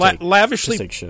lavishly